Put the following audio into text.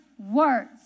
words